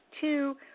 two